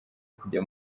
kujya